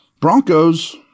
Bronco's